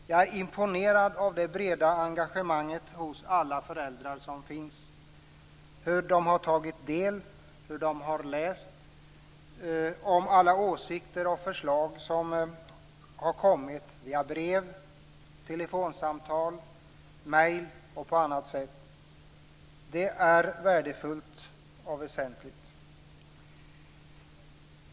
Jag är imponerad av det breda engagemang som finns hos alla föräldrar - hur de har tagit del, läst och lärt och fört fram åsikter och förslag via brev, telefon, epost och på annat sätt. Det är värdefullt och väsentligt.